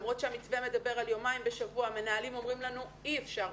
למרות שהמתווה מדבר על יומיים בשבוע המנהלים אומרים לנו שאי אפשר,